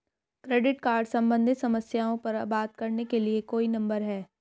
Credit card सम्बंधित समस्याओं पर बात करने के लिए कोई नंबर है?